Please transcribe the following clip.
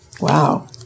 Wow